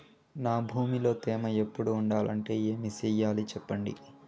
నా భూమిలో తేమ ఎప్పుడు ఉండాలంటే ఏమి సెయ్యాలి చెప్పండి?